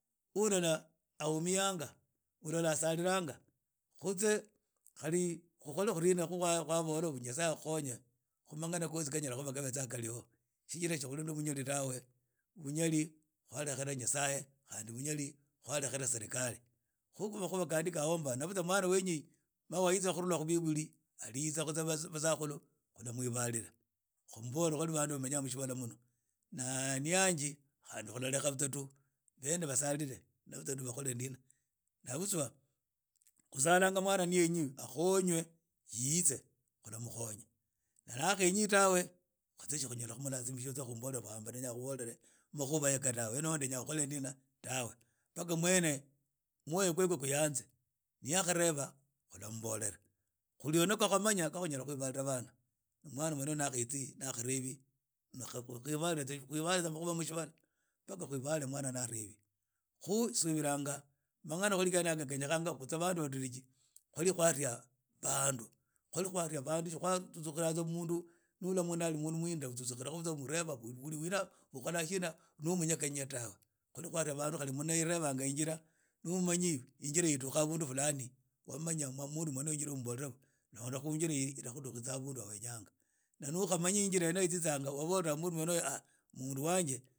Khu ulola ahumiyanga ulola asalanga khutse khali ukhole ndina nyasaye akhukhonye khu mangana khotsi khanyala khuba khabetsa khali ho sitsira si khuli no bunyali tawe bunyali khwalekhera nyasaye khandi bunyali kwalekhera serekali khu makhuba khandi khali ho mba na butsa mwana wenya mawaidha khurhula khu biburi anaoho khulula khu basakhulu khula mwibalila khu mmbole khuli bandu bamenya mushibala muno n ani yanji khandi khulalekha tsa tu benne basalile na butsa khulakhola ndina na butsa khusalanga mwana ni yenyi akhonywe yitse khulamkhonya na akhenyi tawe si khunyala khu mlazimisha ndnya khubolele amakhuba kene yakha tawe mpaka mwene mwoyo khwekhwe khuyanze ni ya khaleba khulambolela khulio na bakhwa manya kha banyala khwebala bana na mwana wene oyo na akhetsi na khebalwe tsa na mushibaala paka na kwhebalwa mwana na ashenyi khu subilanga mangana khene yaga khenyekhanga khunye abana badiriji khwali khwaria abandu khwali khwalia bandu si kwa tssu tsukhira tsa mundu nula mundu ali omihindira sio atsutsu khila tsa mundu amurheba ukhola sina ni omunyekhanya tawe khwali khwalia bandu khali mundu ni arhebanga injira no omanyi injira idhukha ahabundu fulani wamanaya mundu mwene wambola londa injira yeeniyi ilakhudukitsa habundu ha wenyanga narhamanyi wa inira yene eyo itsitsanga wabola mundu mwene uyo aaah mundu wanje.